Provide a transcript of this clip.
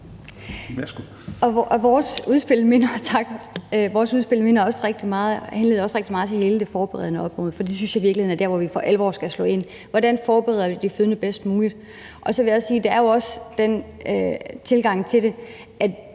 Vores udspil handlede også rigtig meget om hele det forberedende område, for jeg synes i virkeligheden, at det er der, vi for alvor skal sætte ind. Hvordan forbereder vi de fødende bedst muligt? Og så vil jeg sige, at der jo også er den tilgang til det